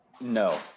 No